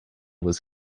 was